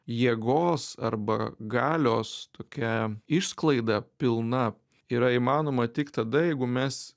jėgos arba galios tokia išsklaida pilna yra įmanoma tik tada jeigu mes